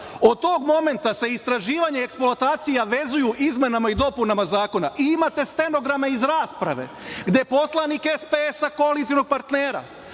Od tog momenta se istraživanje i eksploatacija vezuju izmenama i dopunama zakona i imate stenograme iz rasprave, gde poslanik SPS, koalicionog partnera